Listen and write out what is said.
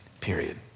period